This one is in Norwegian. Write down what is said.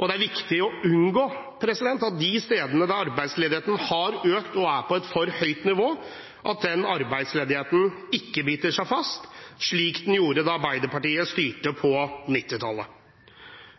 og det er viktig å unngå, de stedene der arbeidsledigheten har økt og er på et for høyt nivå, at den ikke biter seg fast slik den gjorde da Arbeiderpartiet styrte på 1990-tallet.